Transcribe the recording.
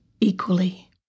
equally